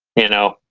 you know,